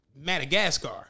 Madagascar